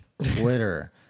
Twitter